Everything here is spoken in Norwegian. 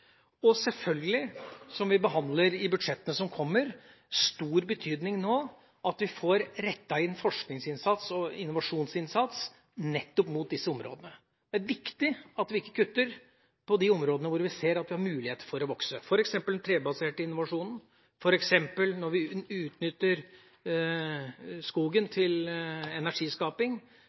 og det har selvfølgelig – som vi behandler i budsjettene som kommer – stor betydning at vi får rettet inn forsknings- og innovasjonsinnsats mot disse områdene. Det er viktig at vi ikke kutter på de områdene hvor vi ser at vi har mulighet for å vokse. For eksempel når det gjelder den trebaserte innovasjonen – som når vi utnytter skogen til energiskaping,